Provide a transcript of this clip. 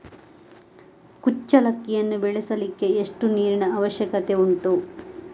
ಕುಚ್ಚಲಕ್ಕಿಯನ್ನು ಬೆಳೆಸಲಿಕ್ಕೆ ಎಷ್ಟು ನೀರಿನ ಅವಶ್ಯಕತೆ ಉಂಟು?